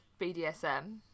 BDSM